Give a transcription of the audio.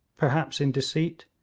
perhaps in deceit,